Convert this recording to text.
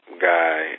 guy